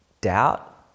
doubt